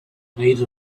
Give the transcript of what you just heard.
made